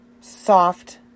soft